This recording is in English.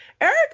Eric